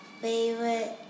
favorite